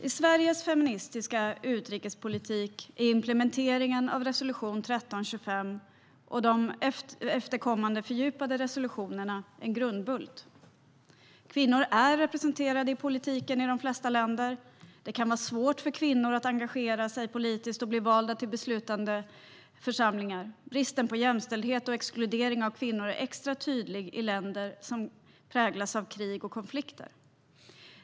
I Sveriges feministiska utrikespolitik är implementeringen av resolution 1325 och de efterkommande fördjupade resolutionerna en grundbult. Kvinnor är underrepresenterade i politiken i de flesta länder. Det kan vara svårt för kvinnor att engagera sig politiskt och att bli valda till beslutande församlingar. Bristen på jämställdhet och exkluderingen av kvinnor är extra tydlig i länder som präglas av krig och konflikter.